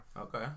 Okay